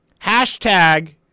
hashtag